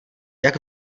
jak